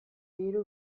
hiru